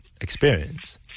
experience